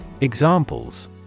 Examples